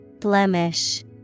Blemish